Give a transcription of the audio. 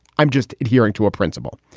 i'm just adhering to a principle.